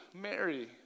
Mary